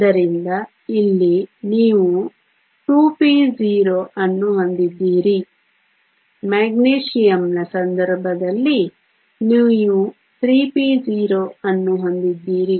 ಆದ್ದರಿಂದ ಇಲ್ಲಿ ನೀವು 2p0 ಅನ್ನು ಹೊಂದಿದ್ದೀರಿ ಮೆಗ್ನೀಷಿಯಂನ ಸಂದರ್ಭದಲ್ಲಿ ನೀವು 3p0 ಅನ್ನು ಹೊಂದಿದ್ದೀರಿ